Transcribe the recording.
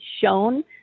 shown